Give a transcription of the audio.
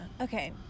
Okay